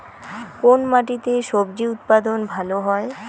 কোন মাটিতে স্বজি উৎপাদন ভালো হয়?